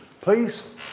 please